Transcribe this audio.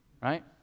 right